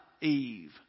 Eve